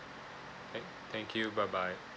K thank you bye bye